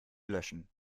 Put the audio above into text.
löschen